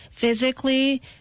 physically